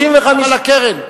35% גם על הקרן.